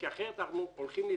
כי אחרת אנחנו הולכים להיתקע,